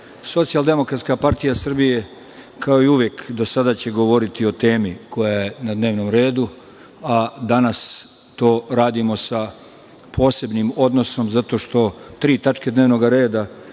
Socijaldemokratska partija Srbija, kao i uvek do sada, će govoriti o temi koja je na dnevnom redu, a danas to radimo sa posebnim odnosom, zato što tri tačke dnevnog reda